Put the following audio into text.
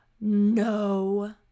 No